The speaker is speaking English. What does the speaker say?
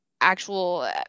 actual